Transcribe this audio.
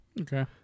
Okay